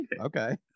Okay